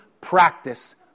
practice